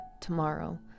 tomorrow